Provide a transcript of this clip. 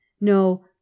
No—